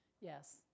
yes